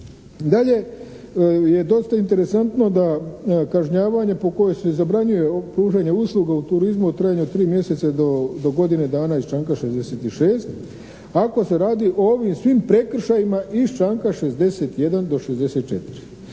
Dalje, je dosta interesantno da kažnjavanje po kojoj se zabranjuje pružanje usluga u turizmu u trajanju od 3 mjeseca do godine dana iz članka 66. ako se radi o ovim svim prekršajima iz članka 61. do 64.